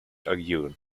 agieren